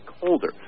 colder